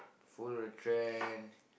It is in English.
follow the trend